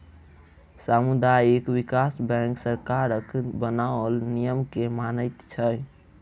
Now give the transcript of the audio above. सामुदायिक विकास बैंक सरकारक बनाओल नियम के मानैत छै